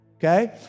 Okay